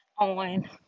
on